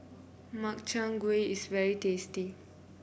Makchang Gui is very tasty